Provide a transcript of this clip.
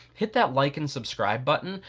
hit that like and subscribe button,